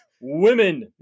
women